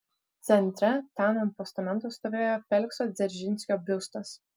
centre ten ant postamento stovėjo felikso dzeržinskio biustas